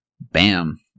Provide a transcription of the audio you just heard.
bam